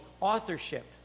authorship